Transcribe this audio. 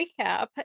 recap